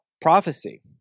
prophecy